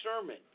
sermon